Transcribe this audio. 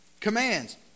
commands